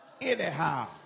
anyhow